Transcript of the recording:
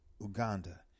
Uganda